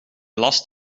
last